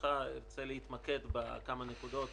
ברשותך ארצה להתמקד רק בכמה נקודות,